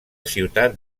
ciutat